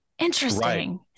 Interesting